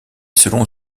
selon